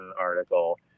article